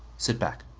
sit back.